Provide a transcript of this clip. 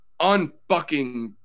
unfucking